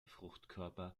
fruchtkörper